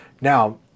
Now